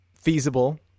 Feasible